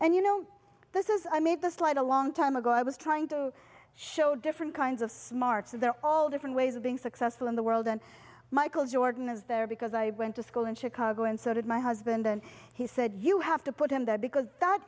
and you know this is i made the slight a long time ago i was trying to show different kinds of smarts and they're all different ways of being successful in the world and michael jordan is there because i went to school in chicago and so did my husband and he said you have to put him there because that